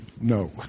no